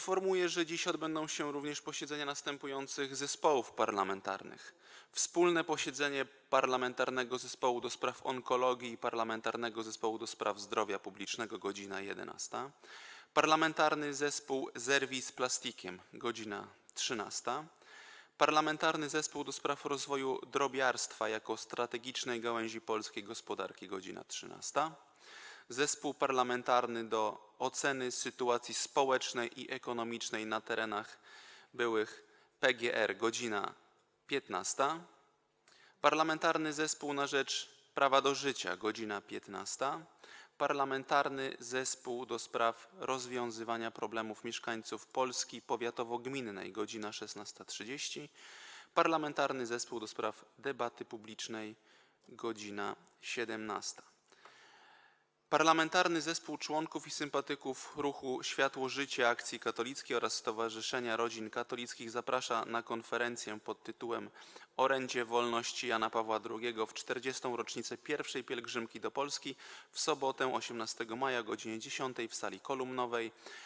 Informuję, że dziś odbędą się również posiedzenia następujących zespołów parlamentarnych: - wspólne posiedzenie Parlamentarnego Zespołu ds. Onkologii i Parlamentarnego Zespołu ds. Zdrowia Publicznego - godz. 11, - Parlamentarnego Zespołu - Zerwij z plastikiem - godz. 13, - Parlamentarnego Zespołu ds. rozwoju drobiarstwa jako strategicznej gałęzi polskiej gospodarki - godz. 13, - Zespołu Parlamentarnego do Oceny Sytuacji Społecznej i Ekonomicznej na Terenach b. PGR - godz. 15, - Parlamentarnego Zespołu na rzecz Prawa do Życia - godz. 15, - Parlamentarnego Zespołu ds. rozwiązywania problemów mieszkańców „Polski powiatowo-gminnej” - godz. 16.30, - Parlamentarnego Zespołu ds. Debaty Publicznej - godz. 17. Parlamentarny Zespół Członków i Sympatyków Ruchu Światło-Życie, Akcji Katolickiej oraz Stowarzyszenia Rodzin Katolickich zaprasza na konferencję pt. „Orędzie wolności Jana Pawła II - w 40. rocznicę pierwszej pielgrzymki do Polski” w sobotę 18 maja o godz. 10 w sali kolumnowej.